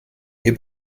mir